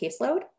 caseload